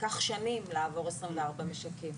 ייקח שנים לעבור 24 משקים.